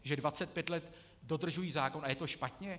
Že 25 let dodržují zákon a je to špatně?